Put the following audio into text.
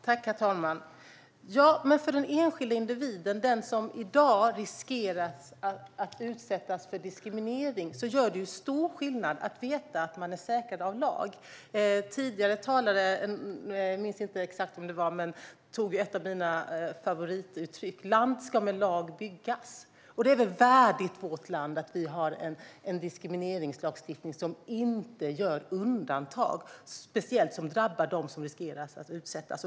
Herr talman! Ja, för den enskilde individen, som i dag riskerar att utsättas för diskriminering, gör det stor skillnad att veta att man är säkrad av lag. Tidigare talare - jag minns inte vem det var - använde ett av mina favorituttryck: Land ska med lag byggas. Och det är väl värdigt vårt land att vi har en diskrimineringslagstiftning som inte gör undantag som speciellt drabbar dem som riskerar att utsättas.